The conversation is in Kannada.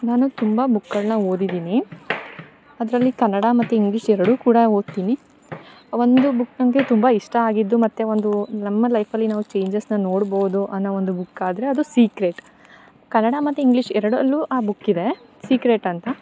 ನಾನು ತುಂಬ ಬುಕ್ಗಳನ್ನ ಓದಿದೀನಿ ಅದರಲ್ಲಿ ಕನ್ನಡ ಮತ್ತು ಇಂಗ್ಲೀಷ್ ಎರಡು ಕೂಡ ಓದ್ತೀನಿ ಒಂದು ಬುಕ್ ನಂಗೆ ತುಂಬ ಇಷ್ಟ ಆಗಿದ್ದು ಮತ್ತತು ಒಂದು ನಮ್ಮ ಲೈಫಲ್ಲಿ ನಾವು ಚೇಂಜಸ್ನ ನೋಡ್ಬೋದು ಅನ್ನೊ ಒಂದು ಬುಕ್ ಆದರೆ ಅದು ಸೀಕ್ರೆಟ್ ಕನ್ನಡ ಮತ್ತೆ ಇಂಗ್ಲೀಷ್ ಎರಡರಲ್ಲೂ ಆ ಬುಕ್ ಇದೆ ಸೀಕ್ರೆಟ್ ಅಂತ